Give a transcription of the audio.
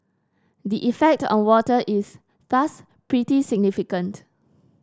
the effect on water is thus pretty significant